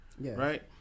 Right